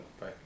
Bye